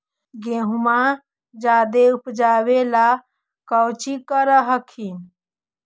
गेहुमा जायदे उपजाबे ला कौची कर हखिन?